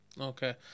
okay